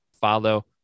follow